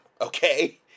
okay